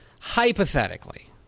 hypothetically